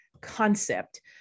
concept